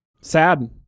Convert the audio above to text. Sad